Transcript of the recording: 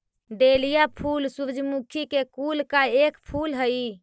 dahlia फूल सूर्यमुखी के कुल का एक फूल हई